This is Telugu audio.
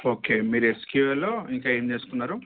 ఓకే మీరు ఎస్క్యూఎల్లు ఇంకా ఏం చేసుకున్నారు